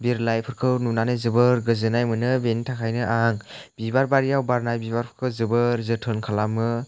बिरलायफोरखौ नुनानै जोबोर गोजोननाय मोनो बेनि थाखायनो आं बिबार बारियाव बारनाय बिबारफोरखौ जोबोर जोथोन खालामो